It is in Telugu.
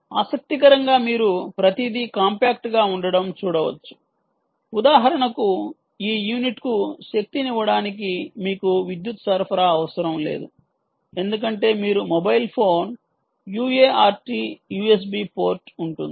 ఆసక్తికరంగా మీరు ప్రతిదీ కాంపాక్ట్ గా ఉండడం చూడవచ్చు ఉదాహరణకు ఈ యూనిట్కు శక్తినివ్వడానికి మీకు విద్యుత్ సరఫరా అవసరం లేదు ఎందుకంటే మీరు mobile phone UART USB port ఉంటుంది